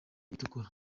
itukura